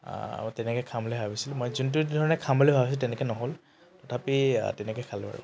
তেনেকৈ খাম বুলি ভাবিছিলো মই যোনটো ধৰণে খাম বুলি ভাবিছো তেনেকৈ নহ'ল তথাপি তেনেকৈ খালোঁ আৰু